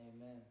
Amen